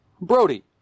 Brody